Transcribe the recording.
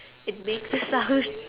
it makes a sound